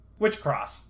Witchcross